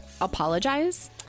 apologize